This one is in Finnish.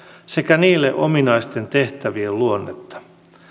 sekä niille ominaisten tehtävien luonnetta